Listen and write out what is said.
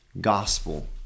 gospel